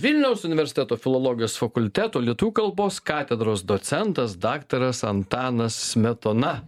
vilniaus universiteto filologijos fakulteto lietuvių kalbos katedros docentas daktaras antanas smetona